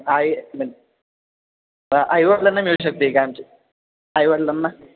आई आईवडिलांना मिळू शकते का आमचे आईवडिलांना